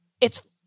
it's-